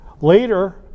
later